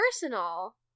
personal